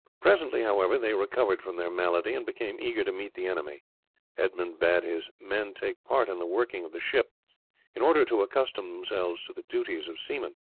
presently, however, they recovered from their malady and became eager to meet the enemy edmund bade his men take part in the working of the ship in order to accustom themselves to the duties of seamen.